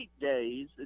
days